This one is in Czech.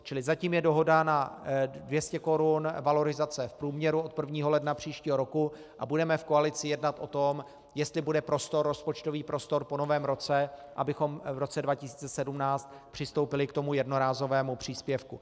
Čili zatím je dohoda na 200 korun valorizace v průměru od 1. ledna příštího roku a budeme v koalici jednat o tom, jestli bude rozpočtový prostor po novém roce, abychom v roce 2017 přistoupili k tomu jednorázovému příspěvku.